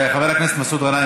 חבר הכנסת מסעוד גנאים,